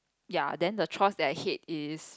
ya then the chores that I hate is